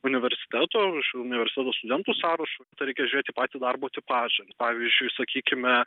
universiteto iš universiteto studentų sąrašo tai reikia žiūrėti į patį darbo tipažą pavyzdžiui sakykime